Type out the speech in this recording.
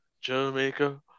Jamaica